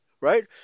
right